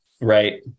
right